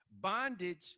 Bondage